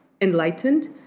enlightened